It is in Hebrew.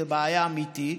זאת בעיה אמיתית.